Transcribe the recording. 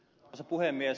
arvoisa puhemies